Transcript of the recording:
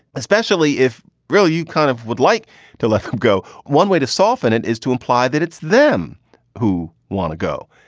especially if really you kind of would like to let go. one way to soften it is to imply that it's them who want to go.